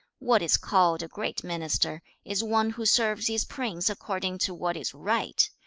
what is called a great minister, is one who serves his prince according to what is right,